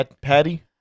Patty